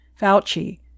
Fauci